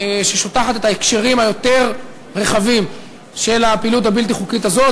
ששוטחת את ההקשרים היותר-רחבים של הפעילות הבלתי-חוקית הזאת,